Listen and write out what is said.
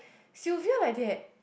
Sylvia like that